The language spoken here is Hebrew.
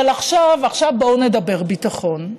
עכשיו, עכשיו בואו נדבר ביטחון.